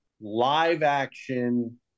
live-action